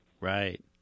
Right